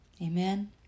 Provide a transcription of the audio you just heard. Amen